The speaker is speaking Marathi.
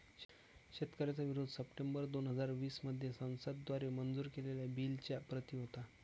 शेतकऱ्यांचा विरोध सप्टेंबर दोन हजार वीस मध्ये संसद द्वारे मंजूर केलेल्या बिलच्या प्रति होता